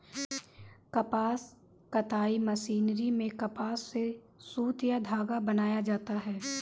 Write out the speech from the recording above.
कपास कताई मशीनरी में कपास से सुत या धागा बनाया जाता है